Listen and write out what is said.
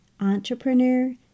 entrepreneur